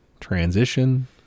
transition